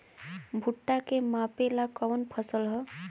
भूट्टा के मापे ला कवन फसल ह?